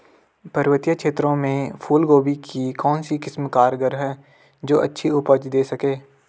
पर्वतीय क्षेत्रों में फूल गोभी की कौन सी किस्म कारगर है जो अच्छी उपज दें सके?